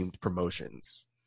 promotions